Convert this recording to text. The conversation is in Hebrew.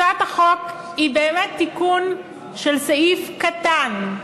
הצעת החוק היא באמת תיקון של סעיף קטן,